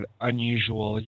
unusual